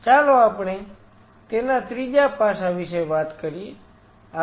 ચાલો આપણે તેના ત્રીજા પાસા વિશે વાત કરીએ